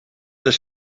the